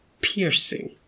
piercing